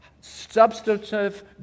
substantive